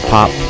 Pop